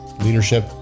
leadership